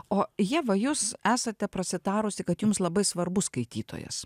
o ieva jūs esate prasitarusi kad jums labai svarbu skaitytojas